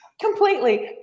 completely